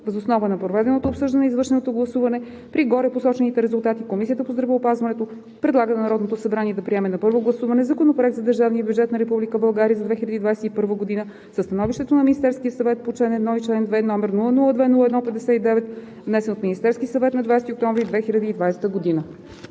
Въз основа на проведеното обсъждане и извършеното гласуване при горепосочените резултати Комисията по здравеопазването предлага на Народното събрание да приеме на първо гласуване Законопроект за държавния бюджет на Република България за 2021 г., със Становището на Министерския съвет по чл. 1 и чл. 2, № 002-01-59, внесен от Министерския съвет на 20 октомври 2020 г.“